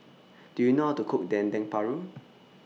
Do YOU know How to Cook Dendeng Paru